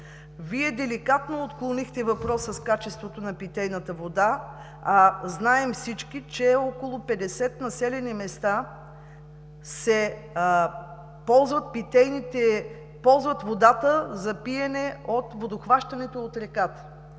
Вие деликатно отклонихте въпроса с качеството на питейната вода, а всички знаем, че в около 50 населени места ползват водата за пиене от водохващането от реката.